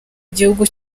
igihugu